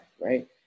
right